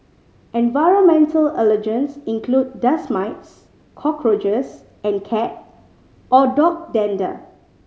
environmental allergens include dust mites cockroaches and cat or dog dander